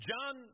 John